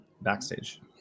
backstage